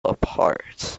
apart